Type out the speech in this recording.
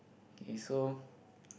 K so